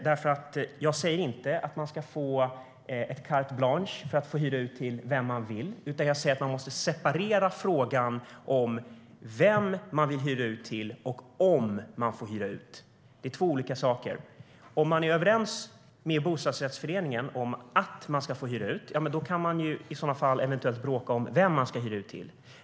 Jag säger nämligen inte att man ska få carte blanche och kunna hyra ut till vem man vill, utan jag säger att man måste separera frågan om vem man vill hyra ut till och ifall man får hyra ut. Det är två olika saker. Ifall man är överens med bostadsrättsföreningen om att man får hyra ut kan man eventuellt bråka om vem man ska hyra ut till.